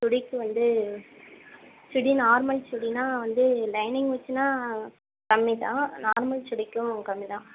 சுடிக்கு வந்து சுடி நார்மல் சுடினா வந்து லைனிங் வச்சுனா கம்மிதான் நார்மல் சுடிக்கும் கம்மிதான்